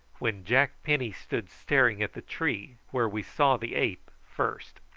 when jack penny stood staring at the tree where we saw the ape first.